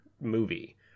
movie